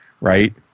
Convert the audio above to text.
right